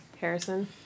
Harrison